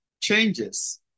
changes